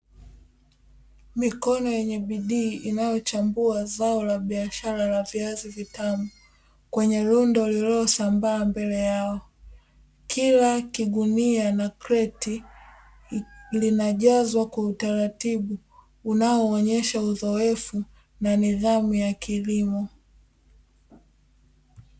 Mikono yenye bidii inayochambua zao la biashara la viazi vitamu kwenye rundo lililosamba mbele yao. Kila kigunia na kreti linajazwa kwa utaratibu unaoonyesha uzoefu na nidhamu ya kilimo.